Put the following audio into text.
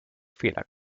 fehler